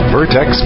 Vertex